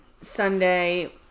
sunday